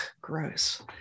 gross